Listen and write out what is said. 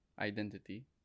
Identity